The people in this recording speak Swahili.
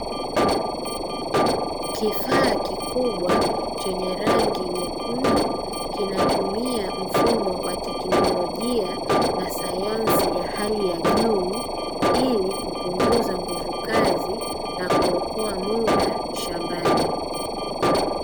Kifaa kikubwa chenye rangi nyekundu kinatumia mfumo wa teknolojia na sayansi ya hali ya juu, ili kupunguza nguvu kazi na kuokoa mda shambani.